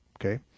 Okay